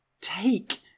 take